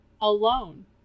alone